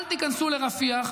אל תיכנסו לרפיח,